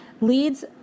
leads